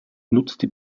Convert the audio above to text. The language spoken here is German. nutzte